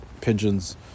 pigeons